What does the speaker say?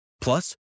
Plus